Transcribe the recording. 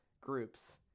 groups